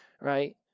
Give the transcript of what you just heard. right